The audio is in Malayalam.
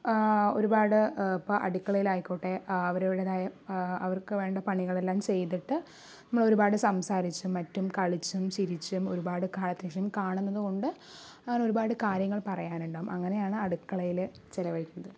ഒരുപാട് അടുക്കളയിൽ ആയിക്കോട്ടെ അവരുടേതായ അവർക്കു വേണ്ട പണികളെല്ലാം ചെയ്തിട്ട് നമ്മൾ ഒരുപാട് സംസാരിച്ചും മറ്റും കളിച്ചും ചിരിച്ചും ഒരുപാട് കാലത്തിനുശേഷം കാണുന്നത് കൊണ്ട് അങ്ങനെ ഒരുപാട് കാര്യങ്ങൾ പറയാനുണ്ടാകും അങ്ങനെയാണ് അടുക്കളയിൽ ചിലവഴിക്കുന്നത്